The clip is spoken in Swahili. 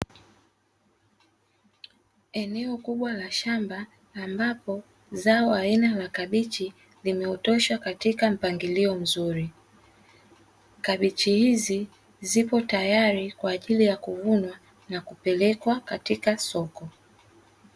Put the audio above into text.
Eneo kubwa la shamba ambapo zao aina la makabichi limeoteshwa katika mpangilio mzuri, kabichi hizi zipo tayari kwa ajili ya kuvunwa na kupelekwa katika soko.